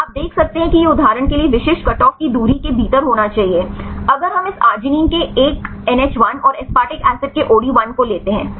आप देख सकते हैं कि यह उदाहरण के लिए विशिष्ट कटऑफ की दूरी के भीतर होना चाहिए अगर हम इस arginine के एक NH1 और aspartic एसिड के OD1 को लेते हैं